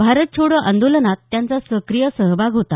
भारत छोडो आंदोलनात यांचा सक्रिय सहभाग होता